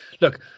Look